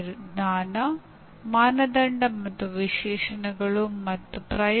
ನಾವು ಈ ಪದಗಳಿಗೆ ನಿರ್ದಿಷ್ಟವಾದ ಅರ್ಥವನ್ನು ನೀಡಲು ಪ್ರಯತ್ನಿಸಿದ್ದೇವೆ ಮತ್ತು ಈಗ ಕಾರ್ಯಯೋಜನೆಗಳಿಗೆ ಬರೋಣ